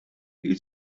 viel